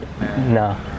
No